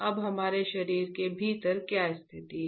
अब हमारे शरीर के भीतर क्या स्थिति है